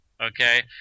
okay